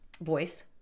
voice